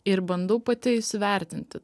ir bandau pati įsivertinti